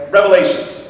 Revelations